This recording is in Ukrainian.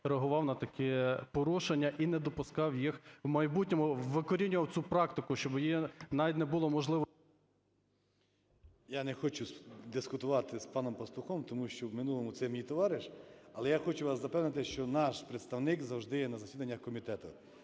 реагував на таке порушення і не допускав їх в майбутньому, викорінював цю практику, щоб її навіть не було… 11:39:20 ПАЦКАН В.В. Я не хочу дискутувати з паном Пастухом, тому що в минулому це мій товариш. Але я хочу вас запевнити, що наш представник завжди є на засіданнях комітетів.